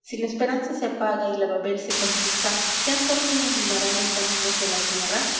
si la esperanza se apaga y la babel se comienza qué antorcha iluminara los caminos en la tierra